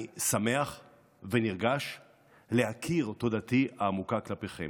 אני שמח ונרגש להכיר תודתי העמוקה כלפיכם.